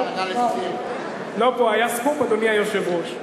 לא, פה היה סקופ, אדוני היושב-ראש.